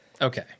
Okay